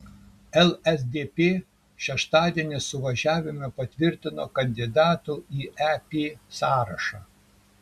lsdp šeštadienį suvažiavime patvirtino kandidatų į ep sąrašą